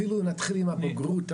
אפילו נתחיל עם הבגרות,